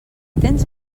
tens